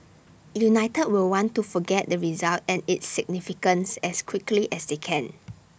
united will want to forget the result and its significance as quickly as they can